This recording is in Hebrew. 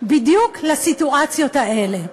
בדיוק לסיטואציות האלה.